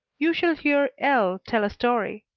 you should hear l. tell a story.